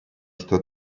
что